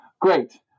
great